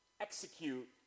execute